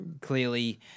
clearly